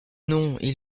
non